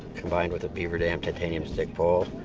combined with a beaver dam titanium stick pole.